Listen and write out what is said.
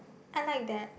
I like that